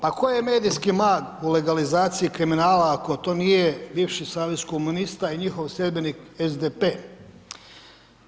Pa tko je medijski mag u legalizaciji kriminala ako to nije bivši Savez komunista i njihov sljedbenik SDP-e?